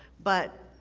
but,